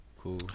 Cool